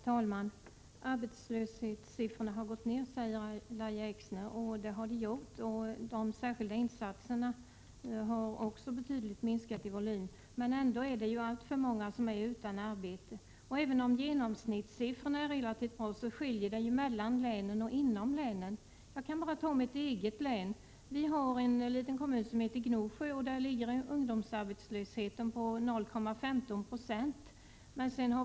Herr talman! Arbetslöshetssiffrorna har gått ned, säger Lahja Exner. Det är riktigt, och även de särskilda insatserna har minskat betydligt i volym, men ändå är alltför många utan arbete. Även om genomsnittssiffrorna är relativt bra, finns det skillnader mellan och inom länen. Låt mig peka på mitt eget hemlän. I Gnosjö kommun ligger ungdomsarbetslösheten på 0,15 26.